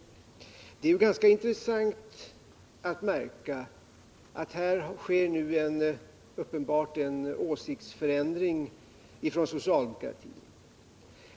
Det är ganska intressant att märka att det här nu uppenbart sker en åsiktsförändring inom socialdemokratin.